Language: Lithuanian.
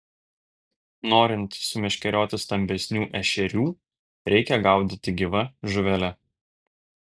norint sumeškerioti stambesnių ešerių reikia gaudyti gyva žuvele